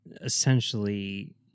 essentially